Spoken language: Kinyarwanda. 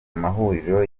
mahuriro